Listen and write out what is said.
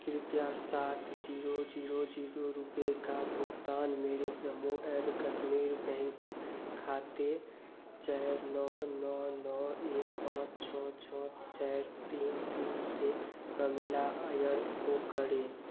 कृपया सात zero zero zero रुपए का भुगतान मेरे जम्मू एंड कश्मीर बैंक खाते चार नौ नौ नौ एक पाँच छः छः चार तीन तीन से प्रमिला अय्यर को करें